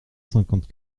cinquante